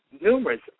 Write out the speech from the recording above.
numerous